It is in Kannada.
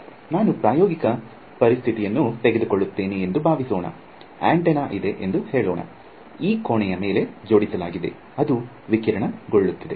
ನಾನು ಪ್ರಾಯೋಗಿಕ ಪರಿಸ್ಥಿತಿಯನ್ನು ತೆಗೆದುಕೊಳ್ಳುತ್ತೇನೆ ಎಂದು ಭಾವಿಸೋಣ ಆಂಟೆನಾ ಇದೆ ಎಂದು ಹೇಳೋಣ ಈ ಕೋಣೆಯ ಮೇಲೆ ಜೋಡಿಸಲಾಗಿದೆ ಅದು ವಿಕಿರಣಗೊಳ್ಳುತ್ತಿದೆ